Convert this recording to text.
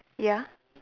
ya